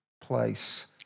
place